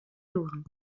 lorrain